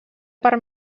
per